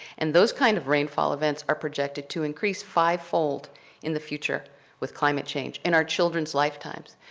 and those kinds of rainfall events are projected to increase five-fold in the future with climate change. in our children's lifetimes.